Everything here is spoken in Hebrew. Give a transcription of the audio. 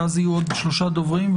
ואז שלושה דוברים,